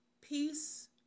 peace